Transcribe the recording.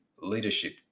leadership